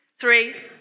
three